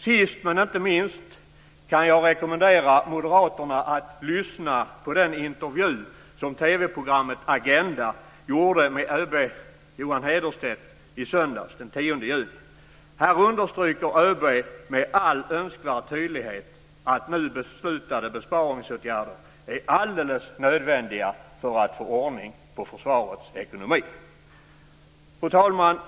Sist men inte minst kan jag rekommendera moderaterna att lyssna på den intervju som TV programmet Agenda gjorde med ÖB Johan Hederstedt i söndags, den 10 juni. Här understryker ÖB med all önskvärd tydlighet att nu beslutade besparingsåtgärder är alldeles nödvändiga för att få ordning på försvarets ekonomi. Fru talman!